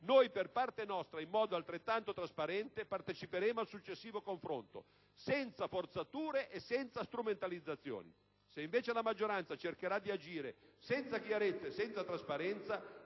Noi, per parte nostra, in modo altrettanto trasparente, parteciperemo al successivo confronto, senza forzature e senza strumentalizzazioni. Se invece la maggioranza cercherà di agire senza chiarezza e senza trasparenza